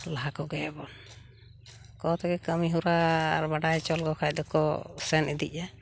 ᱞᱟᱦᱟ ᱠᱚᱜᱮᱭᱟᱵᱚᱱ ᱟᱠᱚ ᱛᱮᱜᱮ ᱠᱟᱢᱤ ᱦᱚᱨᱟ ᱟᱨ ᱵᱟᱰᱟᱭ ᱪᱚ ᱞᱮᱠᱚ ᱠᱷᱟᱡ ᱫᱚᱠᱚ ᱥᱮᱱ ᱤᱫᱤᱜᱼᱟ